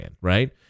Right